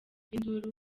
induru